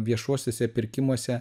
viešuosiuose pirkimuose